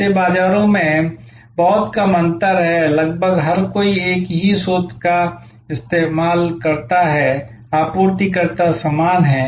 ऐसे बाजारों में बहुत कम अंतर है लगभग हर कोई एक ही स्रोत का उपयोग करता है आपूर्तिकर्ता समान हैं